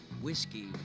Whiskey